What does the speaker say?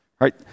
right